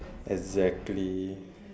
exactly